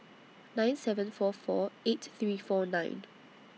nine seven four four eight three four nine